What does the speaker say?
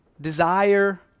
desire